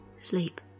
Sleep